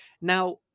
Now